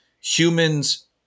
humans